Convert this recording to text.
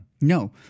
No